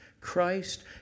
Christ